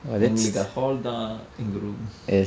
எங்களுக்கு:enkalukku hall தான் எங்க:thaan enka room